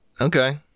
Okay